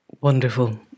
Wonderful